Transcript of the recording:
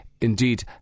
indeed